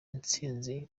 intsinzi